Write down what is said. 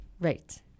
right